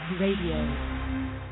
Radio